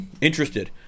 interested